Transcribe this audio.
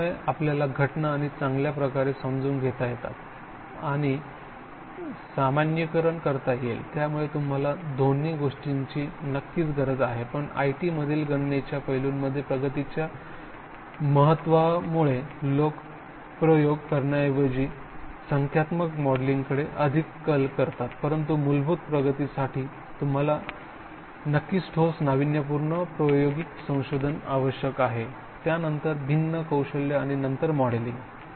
त्यामुळे आपल्याला घटना अधिक चांगल्या प्रकारे समजून घेता येतील आणि सामान्यीकरण करता येईल त्यामुळे तुम्हाला दोन्ही गोष्टींची नक्कीच गरज आहे पण IT मधील गणनेच्या पैलूमध्ये प्रगतीच्या महत्त्वामुळे लोक प्रयोग करण्याऐवजी संख्यात्मक मॉडेलिंगकडे अधिक कल करतात परंतु मूलभूत प्रगतीसाठी तुम्हाला नक्कीच ठोस नाविन्यपूर्ण प्रायोगिक संशोधक आवश्यक आहे त्यानंतर भिन्न कौशल्ये आणि नंतर मॉडेलिंग